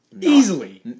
Easily